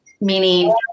meaning